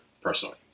personally